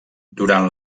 durant